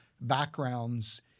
backgrounds